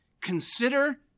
consider